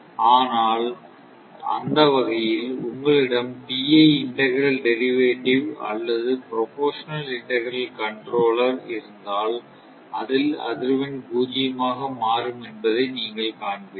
ஆனால் அந்த வகையில் உங்களிடம் PI இண்டக்ரல் டெரிவேட்டிவ் அல்லது ப்ரபோர்சனல் இண்டக்ரல் கண்ட்ரோலர் இருந்தால் அதில் அதிர்வெண் பூஜ்ஜியமாக மாறும் என்பதை நீங்கள் காண்பீர்கள்